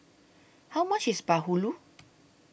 How much IS Bahulu